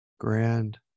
grand